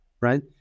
right